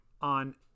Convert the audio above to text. on